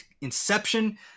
inception